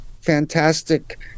fantastic